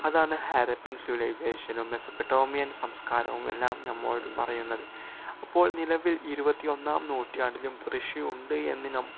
അതാണ് ഹാരപ്പൻ സിവിലൈസേഷനും മെസപ്പൊട്ടേമിയൻ സംസ്കാരവുമെല്ലാം നമ്മോട് പറയുന്നത് അപ്പോൾ നിലവിൽ ഇരുപത്തിയൊന്നാം നൂറ്റാണ്ടിലും കൃഷിയുണ്ടെന്ന്